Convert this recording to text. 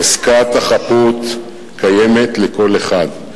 חזקת החפות קיימת לכל אחד,